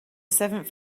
seventh